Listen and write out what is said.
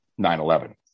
9-11